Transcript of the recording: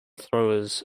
throwers